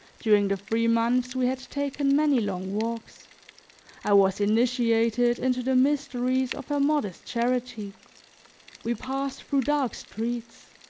during the three months we had taken many long walks i was initiated into the mysteries of her modest charity we passed through dark streets,